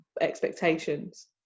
expectations